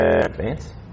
advance